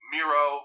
Miro